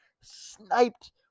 sniped